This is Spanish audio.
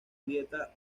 dieta